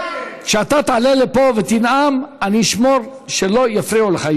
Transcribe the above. כשאתה תעלה לפה ותנאם אני אשמור שלא יפריעו לך,